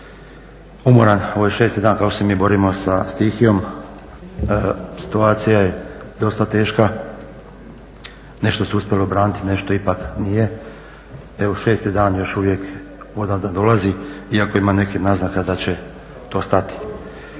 umoran, ovo je šesti dan kako se mi borimo sa stihijom, situacija je dosta teška, nešto se uspjelo obraniti, nešto ipak nije. Evo šesti dan još uvijek voda nadolazi iako ima nekih naznaka da će to stati.